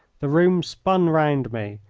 the room spun round me.